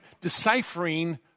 deciphering